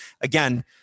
again